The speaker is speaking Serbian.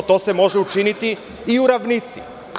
To se može učiniti i u ravnici.